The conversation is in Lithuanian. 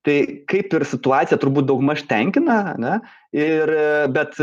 tai kaip ir situacija turbūt daugmaž tenkina ar ne ir bet